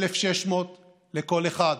1,600 לכל אחת,